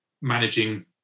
managing